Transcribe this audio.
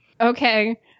Okay